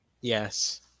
Yes